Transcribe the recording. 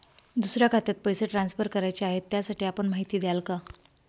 दुसऱ्या खात्यात पैसे ट्रान्सफर करायचे आहेत, त्यासाठी आपण माहिती द्याल का?